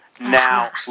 Now